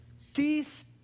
Cease